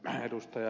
olin ed